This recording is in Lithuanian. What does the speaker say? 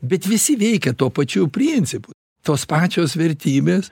bet visi veikia tuo pačiu principu tos pačios vertybės